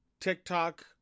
TikTok